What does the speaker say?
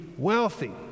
wealthy